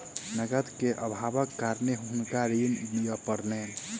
नकद के अभावक कारणेँ हुनका ऋण लिअ पड़लैन